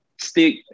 stick